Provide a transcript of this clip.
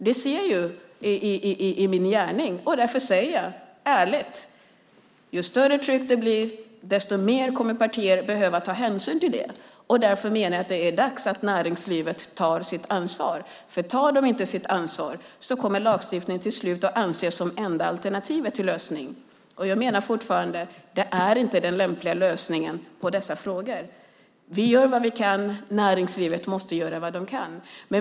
Det ser jag i min gärning. Därför säger jag ärligt att ju större tryck det blir, desto mer kommer partier att behöva ta hänsyn till det. Därför menar jag att det är dags att näringslivet tar sitt ansvar. Om det inte tar sitt ansvar kommer lagstiftningen till slut att ses som enda alternativet till lösning. Jag menar fortfarande att det inte är den lämpliga lösningen på dessa frågor. Vi gör vad vi kan. Näringslivet måste göra vad det kan.